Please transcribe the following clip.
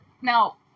Now